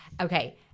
Okay